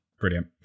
Brilliant